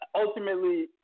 ultimately